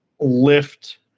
lift